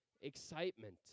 excitement